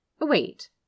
wait